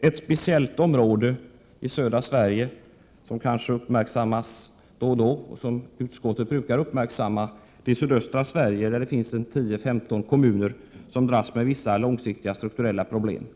Ett litet speciellt område i Sverige, som kanske då och då brukar uppmärksammas och som utskottet brukar uppmärksamma, är sydöstra Sverige, där det finns ett 10-15-tal kommuner som dras med vissa långsiktiga strukturella problem.